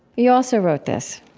you also wrote this